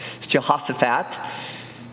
Jehoshaphat